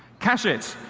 cache it,